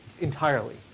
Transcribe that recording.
entirely